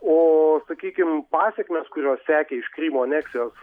o sakykim pasekmės kurios sekė iš krymo aneksijos